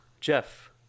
Jeff